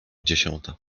dziesiąta